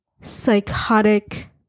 psychotic